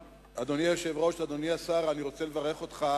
אדוני היושב-ראש, אדוני השר, אני רוצה לברך אותך